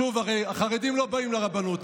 שוב, הרי החרדים לא באים לרבנות.